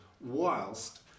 whilst